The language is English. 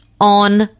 on